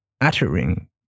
uttering